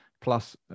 plus